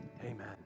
amen